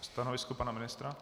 Stanovisko pana ministra?